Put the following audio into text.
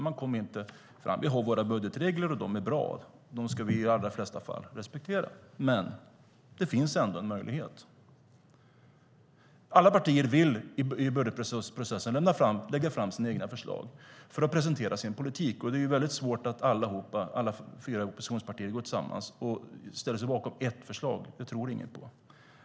Men man kom inte fram. Vi har våra budgetregler, och de är bra. Dem ska vi i de allra flesta fall respektera. Men det finns ändå en möjlighet. Alla partier vill i budgetprocessen lägga fram sina egna förslag för att presentera sin politik. Det är svårt att få alla fyra oppositionspartier att gå tillsammans och ställa sig bakom ett förslag. Det tror ingen på.